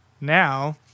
now